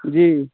जी